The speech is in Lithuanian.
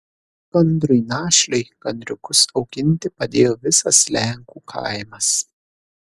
gandrui našliui gandriukus auginti padėjo visas lenkų kaimas